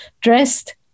dressed